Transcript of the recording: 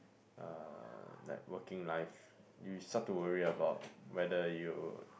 uh like working life you start to worry about whether you